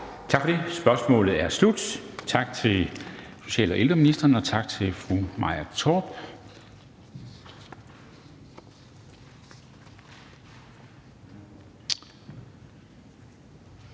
Tak for det. Spørgsmålet er slut. Tak til social- og ældreministeren, og tak til fru Maja Torp.